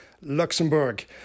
Luxembourg